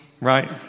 right